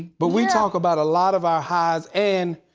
but we talk about a lot of our highs. and